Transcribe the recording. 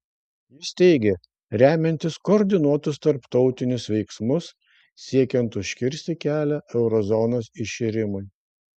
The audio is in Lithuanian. jis teigė remiantis koordinuotus tarptautinius veiksmus siekiant užkirsti kelią euro zonos iširimui